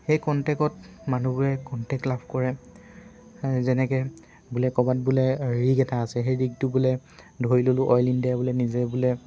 সেই কণ্টেকত মানুহবোৰে কণ্টেক্ট লাভ কৰে যেনেকৈ বোলে ক'ৰবাত বোলে ৰিগ এটা আছে সেই ৰিগটো বোলে ধৰি ল'লোঁ অইল ইণ্ডিয়াই বোলে নিজে বোলে